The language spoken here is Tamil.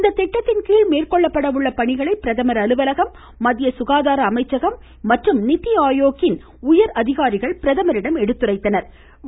இந்த திட்டத்தின்கீழ் மேற்கொள்ளப்பட உள்ள பணிகளை பிரதமர் அலுவலகம் மத்திய சுகாதார அமைச்சகம் மற்றும் நித்திஆயோக்கின் உயர் அதிகாரிகள் பிரதமரிடம் எடுத்துரைத்தன்